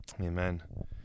Amen